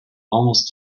almost